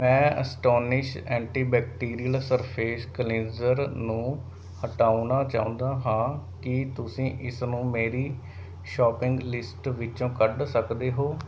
ਮੈਂ astonish antibacterial surface cleanser ਨੂੰ ਹਟਾਉਣਾ ਚਾਹੁੰਦਾ ਹਾਂ ਕੀ ਤੁਸੀਂ ਇਸਨੂੰ ਮੇਰੀ ਸ਼ੌਪਿੰਗ ਲਿਸਟ ਵਿੱਚੋਂ ਕੱਢ ਸਕਦੇ ਹੋ